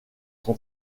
son